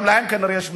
גם להם כנראה יש מצוקה.